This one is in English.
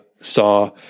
saw